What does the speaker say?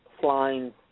flying